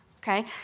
okay